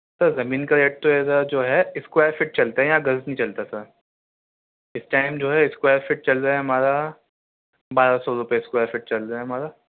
سر زمین کا ریٹ تو ادھر جو ہے اسکوائر فٹ چلتا ہے یہاں گز نہیں چلتا سر اس ٹائم جو ہے اسکوائر فٹ چل رہا ہے ہمارا بارہ سو روپئے اسکوائر فٹ چل رہا ہے ہمارا